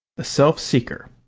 the self-seeker